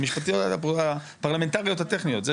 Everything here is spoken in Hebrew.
הפרלמנטריות הטכניות.